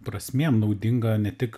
prasmėm naudinga ne tik